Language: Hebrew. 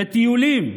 בטיולים,